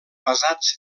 basats